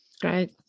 Great